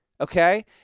Okay